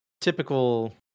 Typical